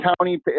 county